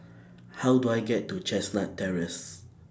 How Do I get to Chestnut Terrace